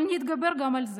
אבל נתגבר גם על זה.